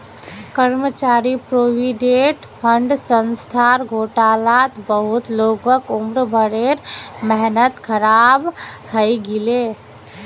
कर्मचारी provident fund संस्थार घोटालात बहुत लोगक उम्र भरेर मेहनत ख़राब हइ गेले